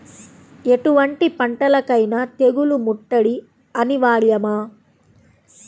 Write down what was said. ఎటువంటి పంటలకైన తెగులు ముట్టడి అనివార్యమా?